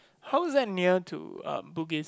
how is that near to um bugis